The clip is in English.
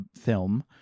film